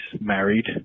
married